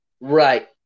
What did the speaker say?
Right